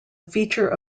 feature